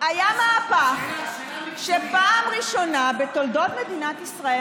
היה מהפך, פעם ראשונה בתולדות מדינת ישראל.